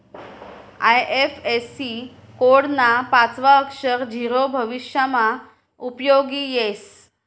IFSC code ना पाचवं अक्षर झीरो भविष्यमा उपयोगी येस